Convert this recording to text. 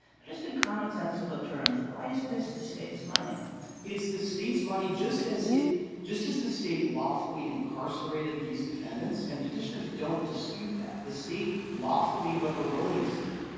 but just in common sensical terms why is this the state's money? yarger it's the state's money just as it just as the state lawfully incarcerated these defendants and petitioners don't dispute that. the state lawfully, but erroneously,